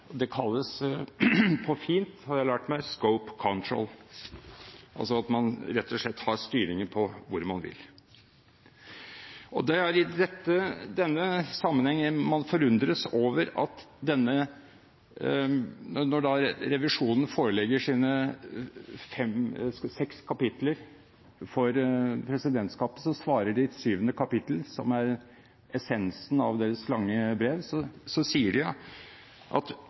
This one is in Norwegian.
Det kalles på fint, har jeg lært meg, scope control, altså at man rett og slett har styringen på hvor man vil. Det er i denne sammenheng man forundres over at når revisjonen forelegger sine seks kapitler for presidentskapet, svarer de i et syvende kapittel, som er essensen av deres lange brev, inntatt på side 113 i rapporten: «Presidentskapet viser til at « år det gjelder revisjonens påpekning av at